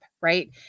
right